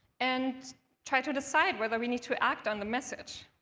and try to decide whether we need to act on the message.